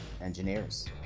engineers